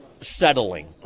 settling